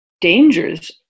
dangers